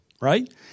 right